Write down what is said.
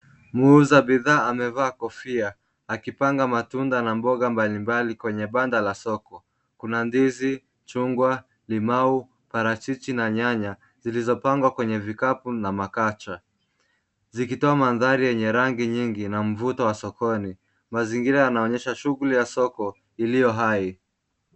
Muuza bidhaa amevaa kofia, akipanga matunda na mboga mbalimbali kwenye banda la soko. Kuna ndizi, chungwa, limau, parachichi, na nyanya zilizopangwa kwenye vikapu na makacha. Zikitoa mandhari yenye rangi nyingi na mvuto wa sokoni. Mazingira yanaonyesha shughuli ya soko iliyo hai.